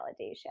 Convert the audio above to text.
validation